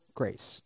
grace